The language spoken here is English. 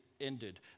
ended